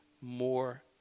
more